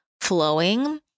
flowing